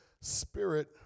spirit